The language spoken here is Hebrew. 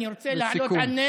לסיכום.